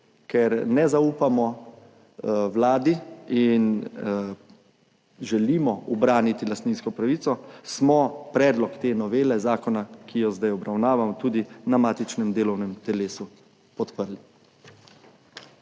Ker ne zaupamo Vladi in želimo ubraniti lastninsko pravico, smo predlog te novele zakona, ki jo zdaj obravnavamo tudi na matičnem delovnem telesu podprli.